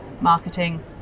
marketing